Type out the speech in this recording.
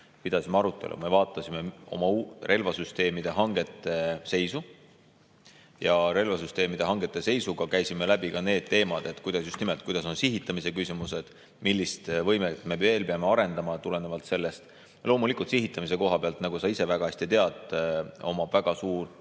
pidasime arutelu. Me vaatasime oma relvasüsteemide hangete seisu ja relvasüsteemide hangete seisuga käisime läbi ka need teemad. Just nimelt, kuidas on sihitamise küsimused, millist võimet me veel peame arendama tulenevalt sellest. Loomulikult sihitamise koha pealt, nagu sa ise väga hästi tead, on väga suur